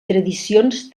tradicions